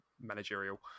managerial